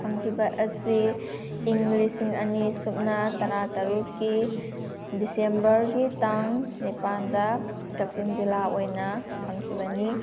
ꯐꯪꯈꯤꯕ ꯑꯁꯤ ꯏꯪ ꯂꯤꯁꯤꯡ ꯑꯅꯤ ꯁꯨꯞꯅ ꯇꯔꯥ ꯇꯔꯨꯛꯀꯤ ꯗꯤꯁꯦꯝꯕꯔꯒꯤ ꯇꯥꯡ ꯅꯤꯄꯥꯜꯗ ꯀꯛꯆꯤꯡ ꯖꯤꯜꯂꯥ ꯑꯣꯏꯅ ꯐꯪꯈꯤꯕꯅꯤ